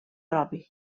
propi